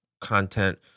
content